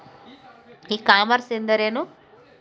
E commerce ಎಂದರೆ ಏನು?